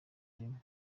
ireme